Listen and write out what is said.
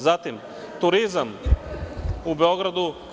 Zatim, turizam u Beogradu…